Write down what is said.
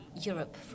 Europe